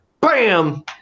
Bam